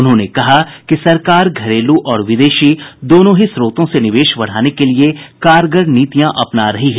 उन्होंने कहा कि सरकार घरेलू और विदेशी दोनों ही स्रोतों से निवेश बढ़ाने के लिए कारगर नीतियां अपना रही है